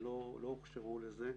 הם לא הוכשרו לזה,